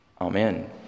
Amen